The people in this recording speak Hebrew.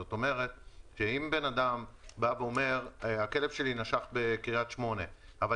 זאת אומרת אם בן אדם אומר שהכלב שלו נשך בקריית-שמונה אבל